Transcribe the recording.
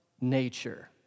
nature